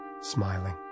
smiling